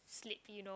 sleep you know